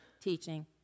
teaching